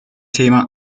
thema